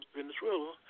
Venezuela